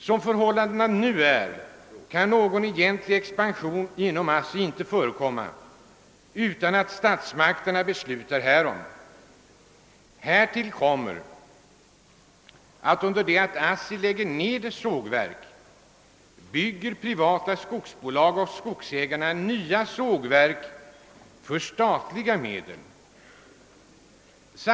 Som förhållandena nu är kan någon egentlig expansion inom ASSI inte förekomma utan att statsmakterna beslutar därom. Härtill kommer att samtidigt som ASSI lägger ned sågverk bygger privata skogsbolag och skogsägare nya sågverk för statliga medel.